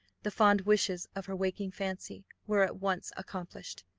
the fond wishes of her waking fancy, were at once accomplished.